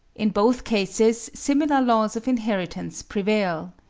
in both cases similar laws of inheritance prevail.